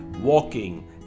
walking